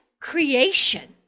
creation